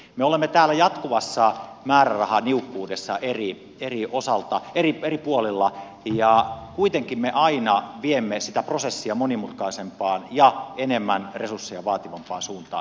me olemme täällä jatkuvassa määrärahaniukkuudessa eri puolilla ja kuitenkin me aina viemme sitä prosessia monimutkaisempaan ja enemmän resursseja vaativaan suuntaan